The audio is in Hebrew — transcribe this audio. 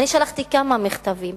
שלחתי כמה מכתבים,